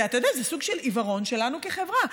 אתה יודע, זה סוג של עיוורון שלנו כחברה.